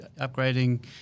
upgrading